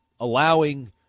allowing –